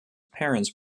parents